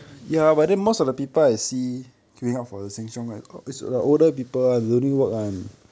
ya but then most of the people I see queueing up from the sheng siong right is the older people [one] don't need work one